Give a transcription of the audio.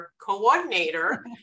coordinator